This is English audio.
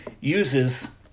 uses